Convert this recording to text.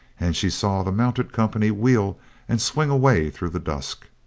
and she saw the mounted company wheel and swing away through the dusk.